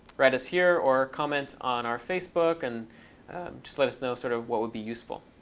write us here or comment on our facebook. and just let us know sort of what would be useful.